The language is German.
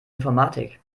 informatik